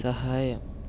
സഹായം